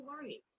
learning